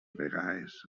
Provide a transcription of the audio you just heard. vegades